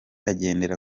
agendera